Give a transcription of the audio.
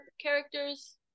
characters